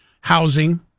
housing